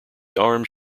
arms